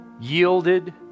yielded